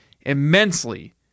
immensely